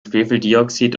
schwefeldioxid